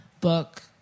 book